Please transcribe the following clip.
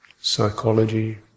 Psychology